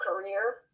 career